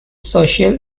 social